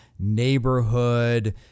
neighborhood